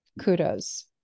Kudos